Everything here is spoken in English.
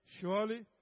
Surely